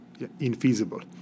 infeasible